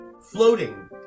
floating